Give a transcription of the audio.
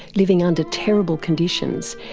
living under terrible conditions,